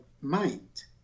mind